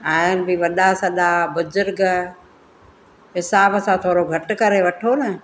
आहिनि बि वॾा सॾा बुज़ुर्ग हिसाब सां थोरो घटि करे वठो न